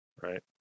Right